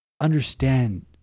understand